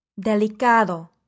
Delicado